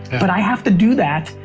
but i have to do that,